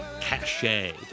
cachet